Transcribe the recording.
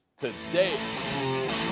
today